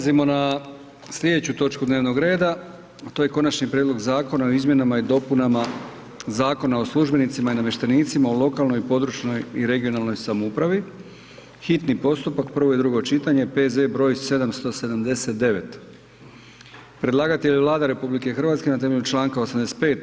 Prelazimo na sljedeću točku dnevnoga reda, a to je: - Konačni prijedlog Zakona o izmjenama i dopunama Zakona o službenicima i namještenicima u lokalnoj i područnoj (regionalnoj) samoupravi, hitni postupak, prvo i drugo čitanje, P.Z. br. 779 Predlagatelj je Vlada RH na temelju članka 85.